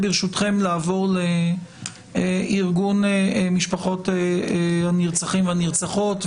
ברשותכם לעבור לארגון משפחות הנרצחים והנרצחות,